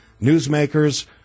newsmakers